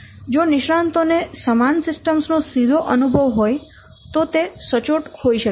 જો નિષ્ણાંતો ને સમાન સિસ્ટમો નો સીધો અનુભવ હોય તો તે સચોટ હોય શકે છે